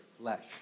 flesh